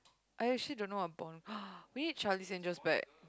I actually don't know what Bond we need Charlies-Angel back